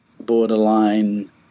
borderline